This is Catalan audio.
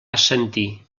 assentir